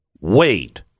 Wait